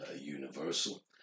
universal